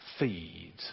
feed